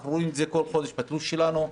אנחנו רואים את זה בתלוש שלנו כל חודש,